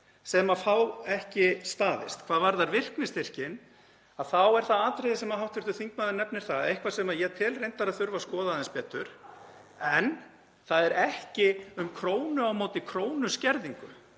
sem fá ekki staðist. Hvað varðar virknistyrkinn þá er það atriði sem hv. þingmaður nefnir eitthvað sem ég tel reyndar að þurfi að skoða aðeins betur, en það er ekki um krónu á móti krónu skerðingu